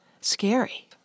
scary